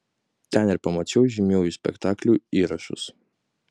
ten ir pamačiau žymiųjų spektaklių įrašus